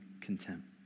contempt